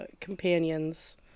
companions